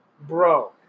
Bro